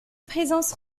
présence